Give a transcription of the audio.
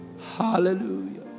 Hallelujah